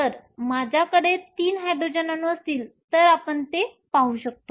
जर माझ्याकडे 3 हायड्रोजन अणू असतील तर आपण ते पाहू शकतो